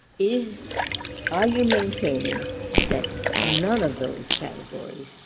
is are you maintaining that none of those categories,